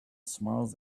smiles